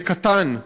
בקטן,